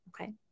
Okay